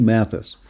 Mathis